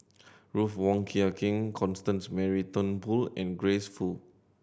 Ruth Wong Hie King Constance Mary Turnbull and Grace Fu